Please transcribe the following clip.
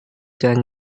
jalan